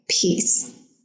peace